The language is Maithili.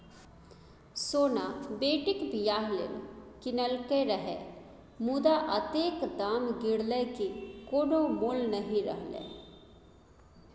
सोना बेटीक बियाह लेल कीनलकै रहय मुदा अतेक दाम गिरलै कि कोनो मोल नहि रहलै